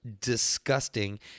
disgusting